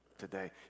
today